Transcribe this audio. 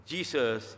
Jesus